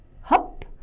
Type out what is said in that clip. hop